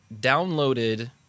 downloaded